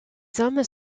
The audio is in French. hommes